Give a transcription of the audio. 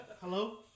Hello